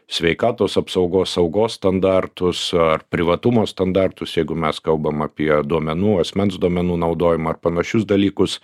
sveikatos apsaugos saugos standartus ar privatumo standartus jeigu mes kalbam apie duomenų asmens duomenų naudojimą ar panašius dalykus